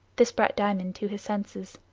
this brought diamond to his senses.